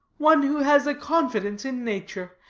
one who has confidence in nature,